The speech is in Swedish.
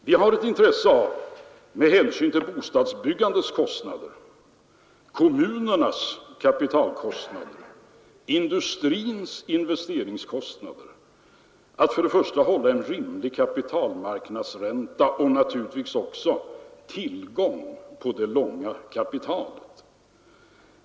Vi har ett intresse av, med hänsyn till bostadsbyggandets kostnader, kommunernas kapitalkostnader och industrins investeringskostnader, att hålla en rimlig kapitalmarknadsränta och naturligtvis också ett intresse av att ha tillgång på det långa kapitalet.